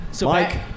Mike